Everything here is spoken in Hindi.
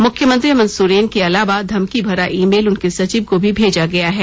मुख्यमंत्री हेमंत सोरेन के अलावा धमकी भरा ई मेल उनके सचिव को भी भेजा गया है